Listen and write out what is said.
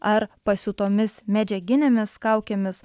ar pasiūtomis medžiaginėmis kaukėmis